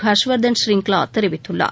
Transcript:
ஹர்ஷ் வர்தன் ஷ்ரிங்லா தெரிவித்தள்ளார்